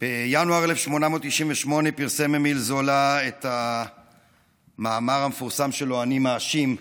בינואר 1898 פרסם אמיל זולא את המאמר המפורסם שלו "אני מאשים",